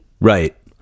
Right